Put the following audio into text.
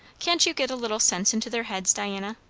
can't you get a little sense into their heads, diana?